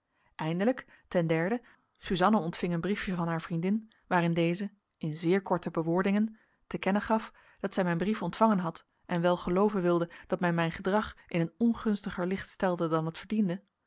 eindelijk ten derde suzanna ontving een briefje van haar vriendin waarin deze in zeer korte bewoordingen te kennen gaf dat zij mijn brief ontvangen had en wel gelooven wilde dat men mijn gedrag in een ongunstiger licht stelde dan het verdiende